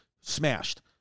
smashed